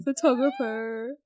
Photographer